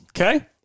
Okay